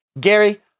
Gary